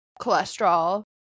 cholesterol